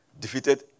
Defeated